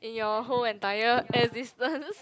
in your whole entire existence